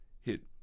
hit